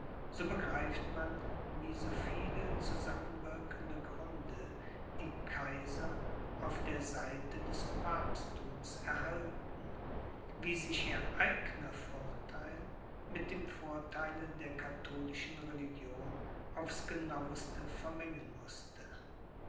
so begreift man wie so viele zusammenwirkende gründe die kaiser auf der seite des papstthums erhalten wie sich ihr eigner vortheil mit dem vortheile der katholischen religion aufs genauste vermengen mußte